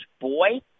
Boy